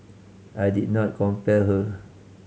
I did not compel her